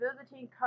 Visiting